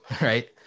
Right